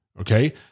okay